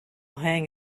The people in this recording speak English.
hang